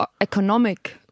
economic